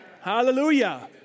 Hallelujah